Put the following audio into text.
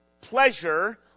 pleasure